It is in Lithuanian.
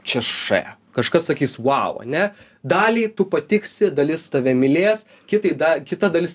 čia š kažkas sakys vau ane dalį tu patiksi dalis tave mylės kitai da kita dalis